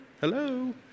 hello